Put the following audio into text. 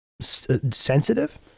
Sensitive